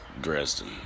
Dresden